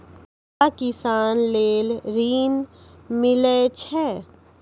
छोटा किसान लेल ॠन मिलय छै?